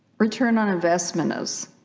return on investment is